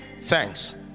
thanks